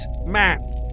man